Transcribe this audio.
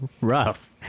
rough